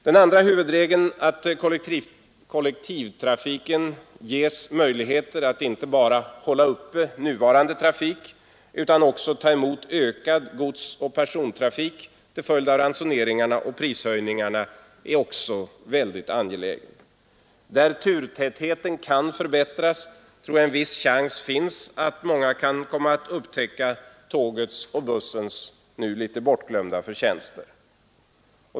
Den andra huvudregeln — att kollektivtrafiken ges möjligheter att inte bara upprätthålla nuvarande trafik utan också att ta emot ökad godsoch persontrafik till följd av ransoneringar och prishöjningar — är också mycket angelägen. Där turtätheten kan förbättras tror jag en viss chans finns att många kan komma att upptäcka tågets och bussens nu litet bortglömda förtjänster.